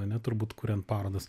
ane turbūt kuriant parodas